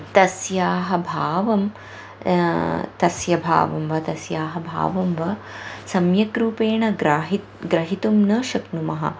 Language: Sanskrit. तस्याः भावं तस्य भावं वा तस्याः भावं वा सम्यक् रूपेण ग्राहि ग्रहितुं न शक्नुमः